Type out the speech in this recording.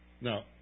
Now